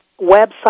Website